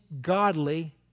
godly